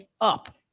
up